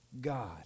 God